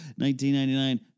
1999